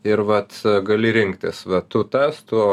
ir vat gali rinktis va tu tas tu